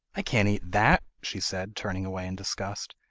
i can't eat that she said, turning away in disgust.